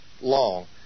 long